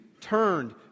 turned